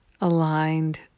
aligned